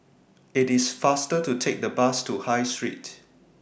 IT IS faster to Take The Bus to High Street